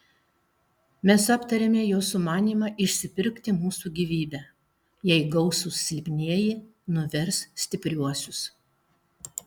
mes aptarėme jo sumanymą išsipirkti mūsų gyvybę jei gausūs silpnieji nuvers stipriuosius